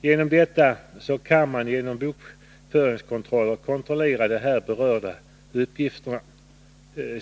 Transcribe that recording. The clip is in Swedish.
Man kan alltså genom bokföringskontroller kontrollera dessa uppgifter.